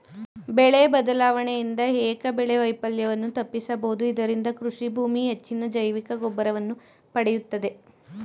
ಬೆಳೆ ಬದಲಾವಣೆಯಿಂದ ಏಕಬೆಳೆ ವೈಫಲ್ಯವನ್ನು ತಪ್ಪಿಸಬೋದು ಇದರಿಂದ ಕೃಷಿಭೂಮಿ ಹೆಚ್ಚಿನ ಜೈವಿಕಗೊಬ್ಬರವನ್ನು ಪಡೆಯುತ್ತದೆ